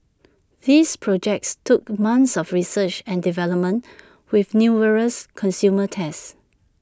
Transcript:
these projects took months of research and development with numerous consumer tests